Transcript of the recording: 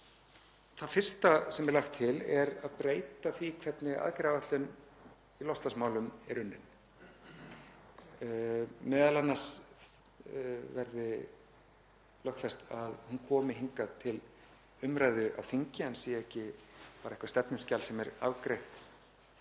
Það fyrsta sem er lagt til er að breyta því hvernig aðgerðaáætlun í loftslagsmálum er unnin, m.a. verði lögfest að hún komi hingað til umræðu á þingi en sé ekki bara eitthvert stefnuskjal sem er afgreitt